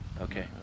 Okay